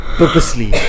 purposely